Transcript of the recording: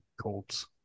Colts